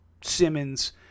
Simmons